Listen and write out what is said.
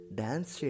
dance